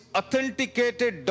authenticated